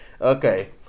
Okay